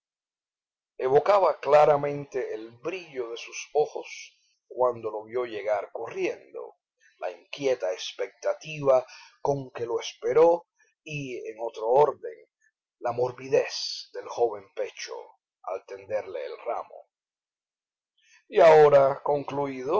evocaba claramente el brillo de sus ojos cuando lo vió llegar corriendo la inquieta espectativa con que lo esperó y en otro orden la morbidez del joven pecho al tenderle el ramo y ahora concluído